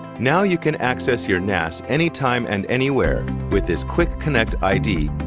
now you can access your nas anytime and anywhere with this quickconnect id